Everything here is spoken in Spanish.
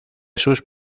sus